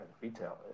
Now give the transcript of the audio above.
retail